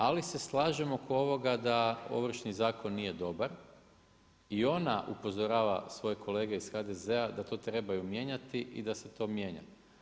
Ali se slažem oko ovoga da Ovršni zakon nije dobar i ona upozorava svoje kolege iz HDZ da to trebaju mijenjati i da se to mijenja.